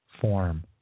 form